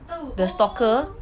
how would oh